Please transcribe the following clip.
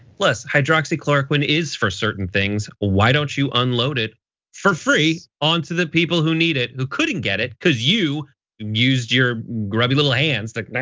less hydroxychloroquine is for certain things. why don't you unload it for free on to the people who need it who couldn't get it because you used your grubby little hands.